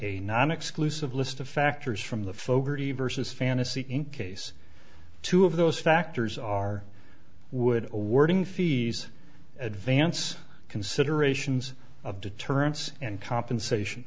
a non exclusive list of factors from the fogarty versus fantasy in case two of those factors are would wording fees advance considerations of deterrence and compensation